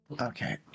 Okay